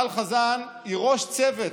שהיא ראש צוות.